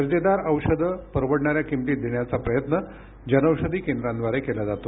दर्जेदार औषधं परवडणाऱ्या किंमतीत देण्याचा प्रयत्न जनौषधी केंद्रांद्वारे केला जातो